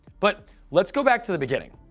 but let's go back to the beginning.